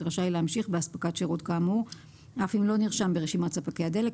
רשאי להמשיך באספקת שירות כאמור אף אם לא נרשם ברשימת ספקי הדלק,